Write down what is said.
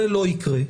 זה לא יקרה,